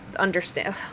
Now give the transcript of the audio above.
understand